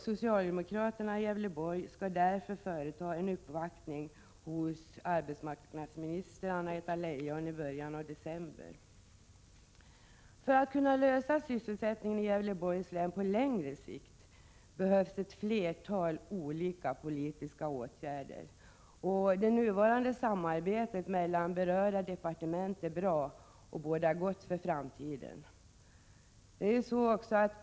Socialdemokraterna i Gävleborg skall därför företa en uppvaktning hos arbetsmarknadsminister Anna-Greta Leijon i början av december. För att kunna lösa sysselsättningsfrågorna i Gävleborgs län på längre sikt behövs ett flertal olika politiska åtgärder. Det nuvarande samarbetet mellan berörda departement är bra och bådar gott för framtiden.